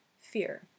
Fear